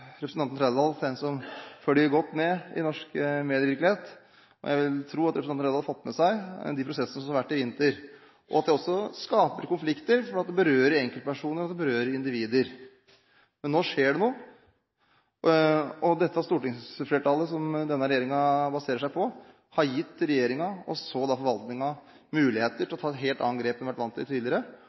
representanten Trældal som en som følger godt med i norsk media, og jeg vil tro at han har fått med seg de prosessene som har vært i vinter, og at de også skaper konflikter, fordi de berører enkeltpersoner og individer. Men nå skjer det noe. Dette stortingsflertallet, som denne regjeringen baserer seg på, har gitt regjeringen og så forvaltningen muligheter til å ta et helt annet grep enn vi har vært vant til tidligere.